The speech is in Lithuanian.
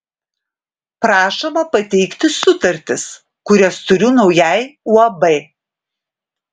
prašoma pateikti sutartis kurias turiu naujai uab